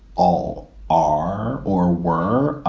all are or were.